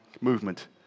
movement